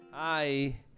Hi